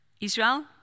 Israel